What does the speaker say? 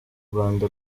rwanda